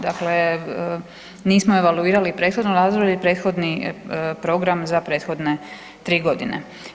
Dakle, nismo evaluirali prethodno razdoblje i prethodni program za prethodne tri godine.